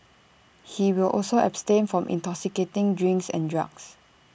he will also abstain from intoxicating drinks and drugs